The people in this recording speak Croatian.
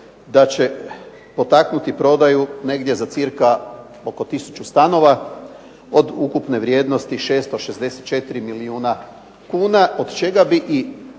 da će potaknuti prodaju negdje za cca oko tisuću stanova od ukupne vrijednosti 664 milijuna kuna, od čega bi i